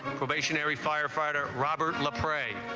information. every firefighter robert bray